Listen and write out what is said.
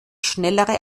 schnellere